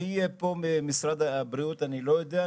מי יהיה פה ממשרד הבריאות אני לא יודע,